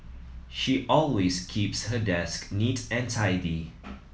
she always keeps her desk neat and tidy